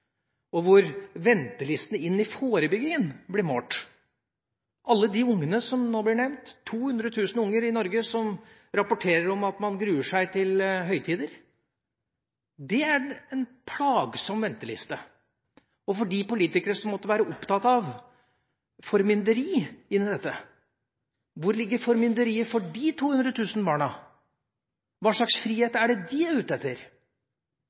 og hvor ventelistene inn mot forebygging blir målt? Alle ungene som nå er nevnt – 200 000 unger i Norge rapporterer om at de gruer seg til høytider. Det er en plagsom venteliste. For de politikerne som måtte være opptatt av formynderi i den sammenhengen: Hvor ligger formynderiet overfor disse 200 000 barna? Hva slags frihet er det de er ute etter